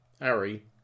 Harry